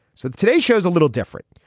so the today show's a little different.